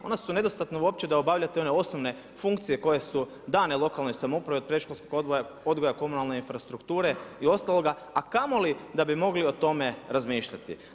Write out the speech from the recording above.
Ona su nedostatna uopće da obavljate one osnovne funkcije koje su dane lokalnoj samoupravi od predškolskoj odgoja, komunalne infrastrukture i ostaloga, a kamoli da bi mogli o tome razmišljati.